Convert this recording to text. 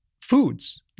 foods